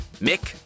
Mick